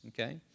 okay